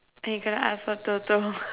then you gonna ask for Toto